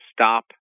stop